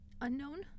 Unknown